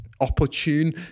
opportune